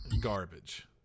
garbage